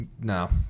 No